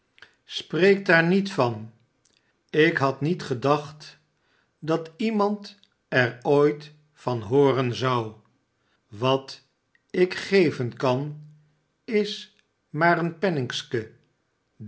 aspreek daar niet van ik had niet gedacht dat lemand er ooit van hooren zou wat ik geven kan is maar een